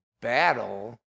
battle